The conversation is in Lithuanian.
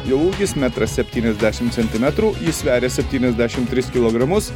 jo ūgis metras septyniasdešimt centimetrų jis sveria septyniasdešimt tris kilogramus